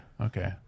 okay